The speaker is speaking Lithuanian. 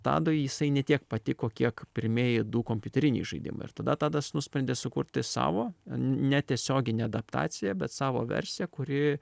tadui jisai ne tiek patiko kiek pirmieji du kompiuteriniai žaidimai ir tada tadas nusprendė sukurti savo netiesioginę adaptaciją bet savo versiją kuri